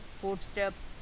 footsteps